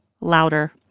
louder